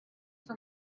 for